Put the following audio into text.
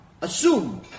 assume